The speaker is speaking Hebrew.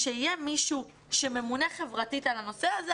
שיהיה מישהו שממונה חברתית על הנושא הזה,